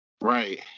Right